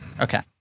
Okay